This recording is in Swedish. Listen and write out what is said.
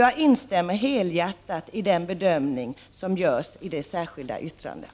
Jag instämmer alltså helhjärtat i den bedömning som görs i det särskilda yttrandet.